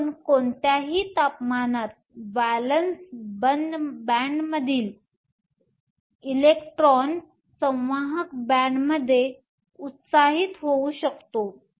म्हणून कोणत्याही तापमानात व्हॅलेन्सबॅण्डमधील इलेक्ट्रॉन संवाहक बॅण्डमध्ये उत्साहित होऊ शकतो